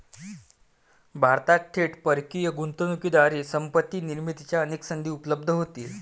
भारतात थेट परकीय गुंतवणुकीद्वारे संपत्ती निर्मितीच्या अनेक संधी उपलब्ध होतील